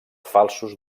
falsos